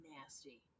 nasty